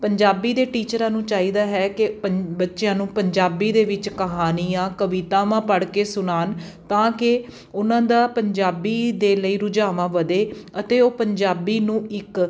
ਪੰਜਾਬੀ ਦੇ ਟੀਚਰਾਂ ਨੂੰ ਚਾਹੀਦਾ ਹੈ ਕਿ ਪੰ ਬੱਚਿਆਂ ਨੂੰ ਪੰਜਾਬੀ ਦੇ ਵਿੱਚ ਕਹਾਣੀਆਂ ਕਵਿਤਾਵਾਂ ਪੜ੍ਹ ਕੇ ਸੁਣਾਉਣ ਤਾਂ ਕਿ ਉਹਨਾਂ ਦਾ ਪੰਜਾਬੀ ਦੇ ਲਈ ਰੁਝਾਵਾਂ ਵਧੇ ਅਤੇ ਉਹ ਪੰਜਾਬੀ ਨੂੰ ਇੱਕ